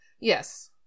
Yes